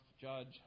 judge